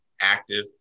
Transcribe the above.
active